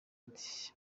ati